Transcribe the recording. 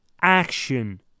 action